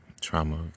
trauma